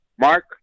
Mark